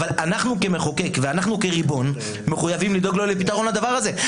אבל אנחנו כמחוקק ואנחנו כריבון מחויבים לדאוג לו לפתרון לדבר הזה,